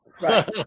Right